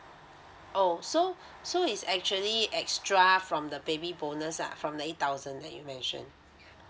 oh so so is actually extra from the baby bonus lah from the eight thousand that you mentioned